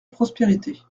prospérité